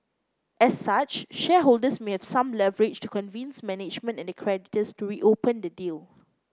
as such shareholders may have some leverage to convince management and the creditors to reopen the deal